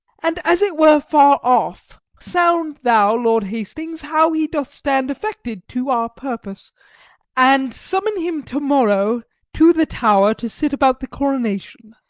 and, as it were far off, sound thou lord hastings how he doth stand affected to our purpose and summon him to-morrow to the tower, to sit about the coronation.